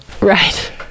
Right